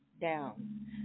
down